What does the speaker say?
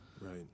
Right